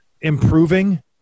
improving